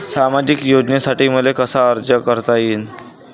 सामाजिक योजनेसाठी मले कसा अर्ज करता येईन?